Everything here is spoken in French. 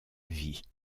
vie